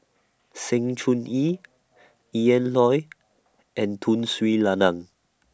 Sng Choon Yee Ian Loy and Tun Sri Lanang